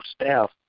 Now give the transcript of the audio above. staff